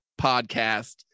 podcast